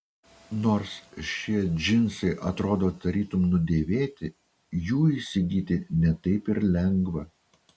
nors šie džinsai atrodo tarytum nudėvėti jų įsigyti ne taip ir lengva